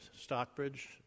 Stockbridge